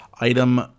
item